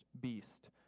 beast